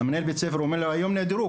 אז מנהל בית הספר אומר לו שהיום נעדרו.